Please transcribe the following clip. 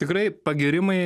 tikrai pagyrimai